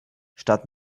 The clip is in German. statt